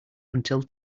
until